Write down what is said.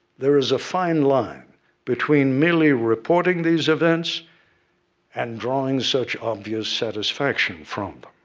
there is a fine line between merely reporting these events and drawing such obvious satisfaction from